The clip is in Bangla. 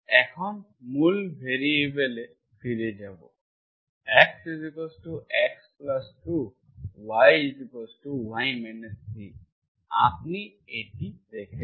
এখন মূল ভ্যারিয়েবলে ফিরে যাব Xx2 Y Y 3 আপনি এটি রেখেছেন